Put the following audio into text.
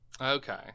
Okay